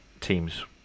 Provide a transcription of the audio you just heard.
teams